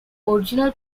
original